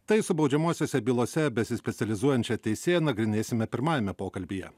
tai su baudžiamosiose bylose besispecializuojančia teisėja nagrinėsime pirmajame pokalbyje